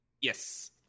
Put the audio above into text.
yes